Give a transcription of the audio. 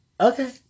Okay